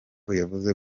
yavuze